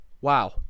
Wow